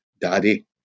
daddy